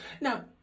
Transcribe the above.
Now